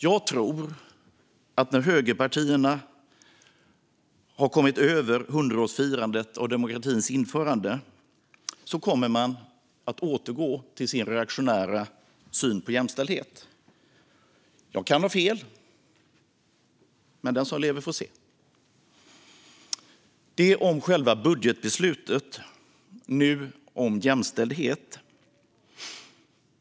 När högerpartierna har kommit över 100-årsfirandet av demokratins införande tror jag att de kommer att återgå till sin reaktionära syn på jämställdhet. Jag kan ha fel, men den som lever får se. Detta var vad jag ville säga om själva budgetbeslutet. Nu ska jag tala om jämställdhet.